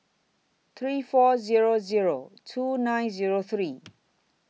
three four Zero Zero two nine Zero three